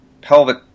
pelvic